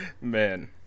Man